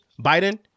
Biden